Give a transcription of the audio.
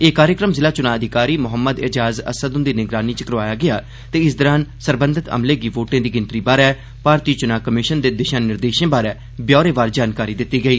एह् कार्यक्रम जिला चुनां अधिकारी मोहम्मद ऐजाज़ असद हुंदी निगरानी च करोआया गेआ ते इस दौरान सरबंघत अमले गी वोटें दी गिनतरी बारै भारती चुनां कमिशन दे दिशा निर्देशों बारै ब्यौरेवार जानकारी दित्ती गेई